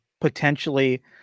potentially